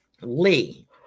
Lee